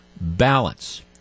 balance